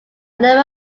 number